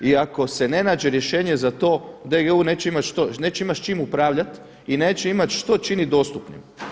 I ako se ne nađe rješenje za to DGU neće imati što, neće imati s čim upravljati i neće imati što činit dostupnim.